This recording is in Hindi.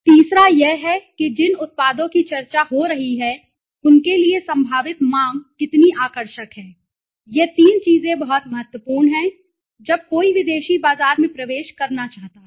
तीसरा यह है कि जिन उत्पादों की चर्चा हो रही है उनके लिए संभावित मांग कितनी आकर्षक है यह तीन चीजें बहुत महत्वपूर्ण हैं जब कोई विदेशी बाजार में प्रवेश करना चाहता है